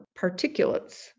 particulates